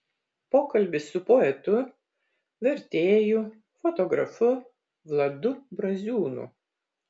pokalbis su poetu vertėju fotografu vladu braziūnu